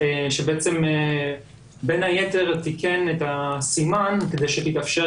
שבין היתר תיקן את הסימן כדי שיתאפשר